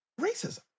racism